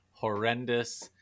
horrendous